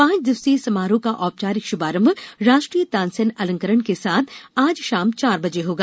पांच दिवसीय समारोह का औपचारिक शुभारंभ राष्ट्रीय तानसेन अलंकरण के साथ आज शाम चार बजे होगा